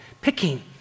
picking